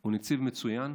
הוא נציב מצוין,